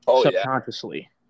Subconsciously